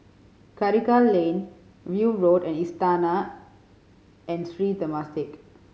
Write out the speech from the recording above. Karikal Lane View Road and Istana and Sri Temasek